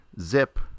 Zip